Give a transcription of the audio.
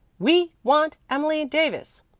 we want emily davis.